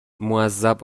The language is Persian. معذب